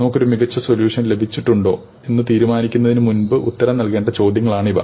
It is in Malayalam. നമുക്കൊരു മികച്ച സൊല്യൂഷൻ ലഭിച്ചിട്ടുണ്ടോ എന്ന് തീരുമാനിക്കുന്നതിന് മുമ്പ് ഉത്തരം നൽകേണ്ട ചോദ്യങ്ങളാണിവ